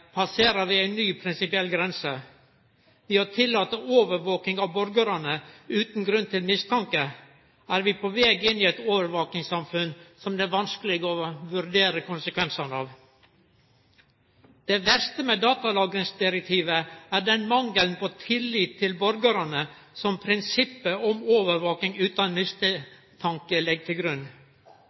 passerer vi ei ny prinsipiell grense. Ved å tillate overvaking av borgarane utan grunn til mistanke er vi på veg inn i eit overvakingssamfunn som det er vanskeleg å vurdere konsekvensane av. Det verste med datalagringsdirektivet er den mangelen på tillit til borgarane som prinsippet om overvaking utan mistanke legg til grunn.